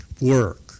work